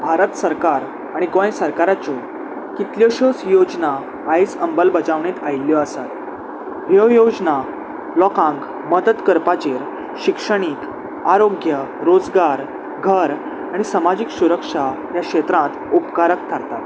भारत सरकार आनी गोंय सरकाराच्यो कितल्योश्योच योजना आयज अंबलबजावणेंत आयिल्ल्यो आसात ह्यो योजना लोकांक मदत करपाचेर शिक्षणीक आरोग्य रोजगार घर आनी समाजीक सुरक्षा ह्या क्षेत्रांत उपकारक थारतात